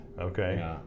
Okay